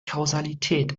kausalität